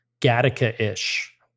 Gattaca-ish